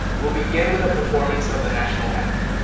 we'll begin with a performance of the national anthem.